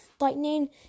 lightning